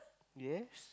yes